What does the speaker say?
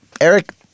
Eric